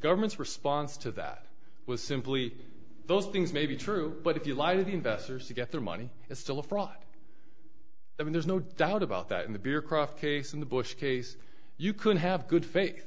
government's response to that was simply those things may be true but if you lie to the investors to get their money it's still a fraud i mean there's no doubt about that in the beer kroft case in the bush case you could have good faith